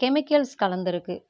chemicals கலந்திருக்கு